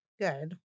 good